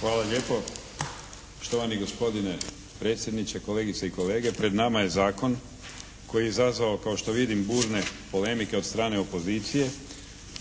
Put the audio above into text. Hvala lijepo štovani gospodine predsjedniče, kolegice i kolete. Pred nama je zakon koji je izazvao kao što vidim burne polemike od strane opozicije